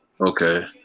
Okay